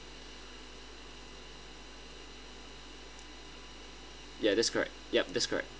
ya that's correct yup that's correct